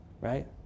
right